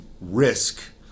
risk